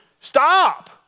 stop